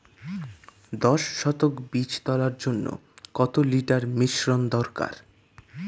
দশ শতক বীজ তলার জন্য কত লিটার মিশ্রন দরকার?